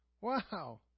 Wow